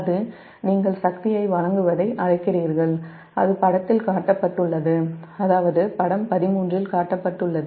அது நீங்கள் சக்தியை வழங்குவதை அழைக்கிறீர்கள் அது படத்தில் காட்டப்பட்டுள்ளது அதாவது படம் 13 இல் காட்டப்பட்டுள்ளது